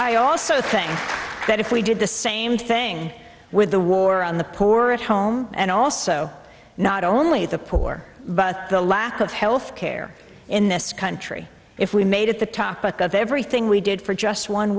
i also think that if we did the same thing with the war on the poor at home and also not only the poor but the lack of health care in this country if we made it the topic of everything we did for just one